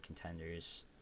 contenders